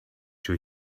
you